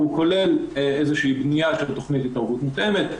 כולל בניה של תכנית התערבות מותאמת,